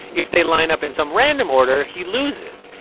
if they line up in some random order, he loses.